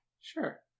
Sure